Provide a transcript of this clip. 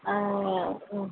ஆ ம்